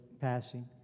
passing